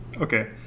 Okay